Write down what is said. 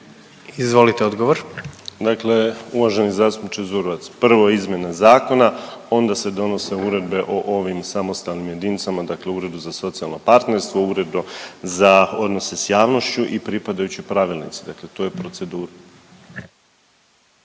Marin (HDZ)** Dakle uvaženi zastupniče Zurovec, prvo izmjena zakona onda se donose uredbe o ovim samostalnim jedinicama, dakle Uredu za socijalno partnerstvo, Uredu za odnose s javnošću i pripadajući pravilnici. Dakle to je procedura.